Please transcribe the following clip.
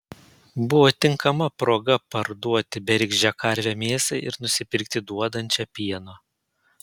buvo tinkama proga parduoti bergždžią karvę mėsai ir nusipirkti duodančią pieno